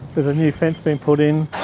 there's a new fence being put in